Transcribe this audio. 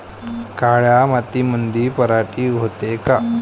काळ्या मातीमंदी पराटी होते का?